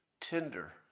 Tinder